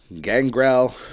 Gangrel